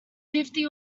fifty